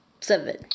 seven